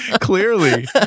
Clearly